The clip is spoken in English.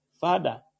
Father